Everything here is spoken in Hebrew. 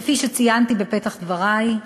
כפי שציינתי בפתח דברי,